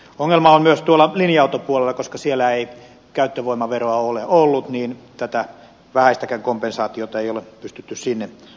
ongelma on myös tuolla linja autopuolella koska kun siellä ei käyttövoimaveroa ole ollut niin tätä vähäistäkään kompensaatiota ei ole pystytty sinne osoittamaan